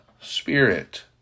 spirit